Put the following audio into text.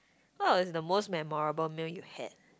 what was the most memorable meal you had